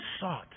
sought